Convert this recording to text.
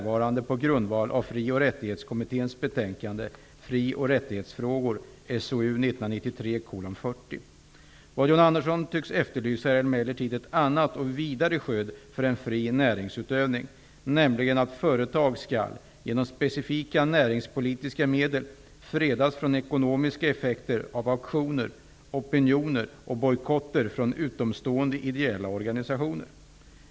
Vad John Andersson tycks efterlysa är emellertid ett annat och vidare skydd för en fri näringsutövning, nämligen att företag skall, genom specifikt näringspolitiska medel, fredas från ekonomiska effekter av aktioner, opinioner och bojkotter från utomstående ideella organisationer.